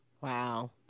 Wow